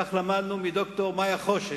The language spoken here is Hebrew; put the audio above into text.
כך למדנו מד"ר מאיה חושן: